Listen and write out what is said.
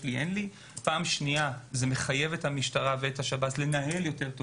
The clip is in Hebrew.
פעם שנייה זה מחייב את המשטרה והשב"ס לנהל יותר טוב